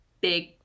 big